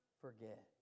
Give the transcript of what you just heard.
forget